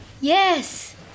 Yes